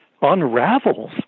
Unravels